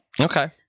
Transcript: Okay